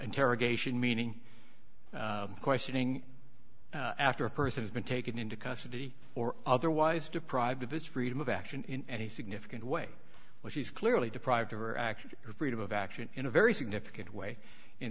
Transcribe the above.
interrogation meaning questioning after a person has been taken into custody or otherwise deprived of his freedom of action in any significant way which he's clearly deprived of her action her freedom of action in a very significant way in